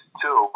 two